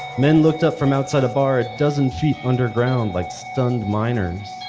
men looked up from outside a bar a dozen feet underground like stunned minors,